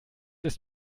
ist